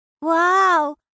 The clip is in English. Wow